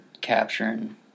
capturing